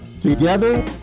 Together